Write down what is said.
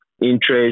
interest